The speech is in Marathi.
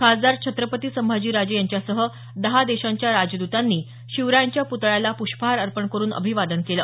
खासदार छत्रपती संभाजीराजे यांच्यासह दहा देशांच्या राजदूतांनी शिवरायांच्या पुतळ्याला पुष्पहार अर्पण करून अभिवादन केलं